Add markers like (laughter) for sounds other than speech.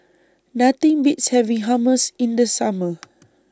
Nothing Beats having Hummus in The Summer (noise)